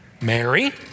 Mary